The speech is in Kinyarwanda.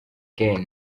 again